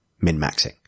min-maxing